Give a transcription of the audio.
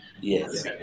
yes